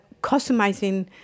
customizing